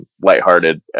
lighthearted